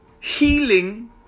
healing